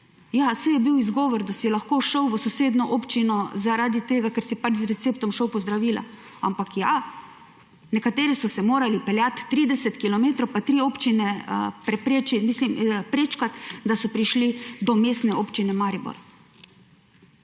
ja, saj je bil izgovor, da si lahko šel v sosednjo občino zaradi tega, ker si pač z receptom šel po zdravila, ampak ja, nekateri so se morali peljati 30 kilometrov pa tri občine prečkati, da so prišli do Mestne občine Maribor.